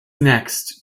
next